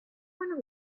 went